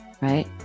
right